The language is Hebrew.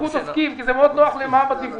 קחו תסקיר כי זה מאוד נוח למע"מ בדיווח.